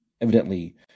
evidently